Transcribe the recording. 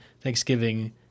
Thanksgiving